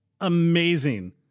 Amazing